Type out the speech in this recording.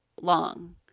long